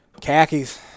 Khakis